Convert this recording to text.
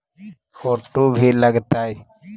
Photo भी लग तै?